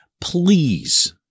Please